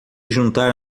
juntar